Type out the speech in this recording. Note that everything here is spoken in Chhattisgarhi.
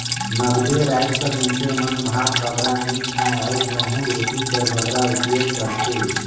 नगदे राएज कर मइनसे मन भात बगरा नी खाएं अउ गहूँ रोटी कर बगरा उपियोग करथे